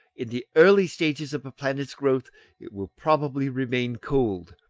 in the early stages of a planet's growth it will probably remain cold,